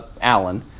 Alan